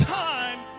time